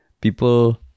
people